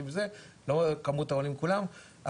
לא כמות העולים כולם,